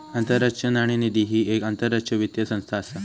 आंतरराष्ट्रीय नाणेनिधी ही येक आंतरराष्ट्रीय वित्तीय संस्था असा